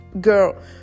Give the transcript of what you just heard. girl